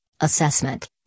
assessment